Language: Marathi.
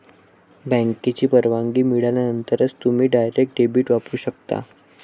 बँकेची परवानगी मिळाल्यानंतरच तुम्ही डायरेक्ट डेबिट वापरू शकता